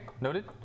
noted